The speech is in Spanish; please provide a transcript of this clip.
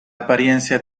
apariencia